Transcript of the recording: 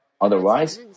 Otherwise